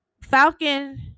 Falcon